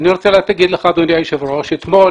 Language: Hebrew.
אני רוצה לומר לך אדוני היושב-ראש שנמצא